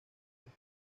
tres